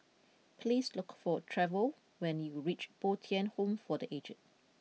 please look for Trevor when you reach Bo Tien Home for the aged